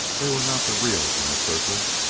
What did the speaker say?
they were not the real inner circle.